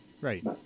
Right